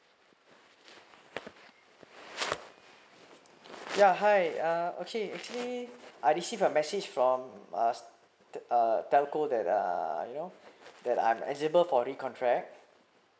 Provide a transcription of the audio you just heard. ya hi uh okay actually I received a message from uh uh telco that uh you know that I'm eligible for recontract